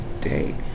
day